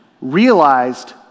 realized